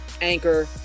Anchor